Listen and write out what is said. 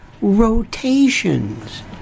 rotations